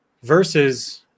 Versus